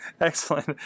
Excellent